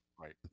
Right